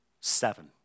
Seven